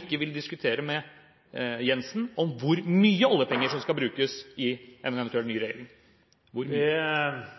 ikke vil diskutere med Jensen hvor mye oljepenger som skal brukes i en eventuell ny regjering?